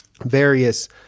various